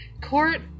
Court